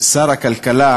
משר הכלכלה,